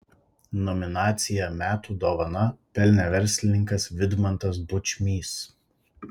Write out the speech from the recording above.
nominaciją metų dovana pelnė verslininkas vidmantas bučmys